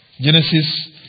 Genesis